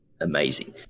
amazing